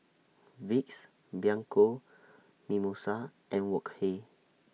Vicks Bianco Mimosa and Wok Hey